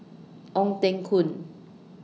Ong Teng Koon